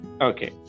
okay